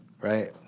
right